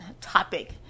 topic